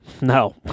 No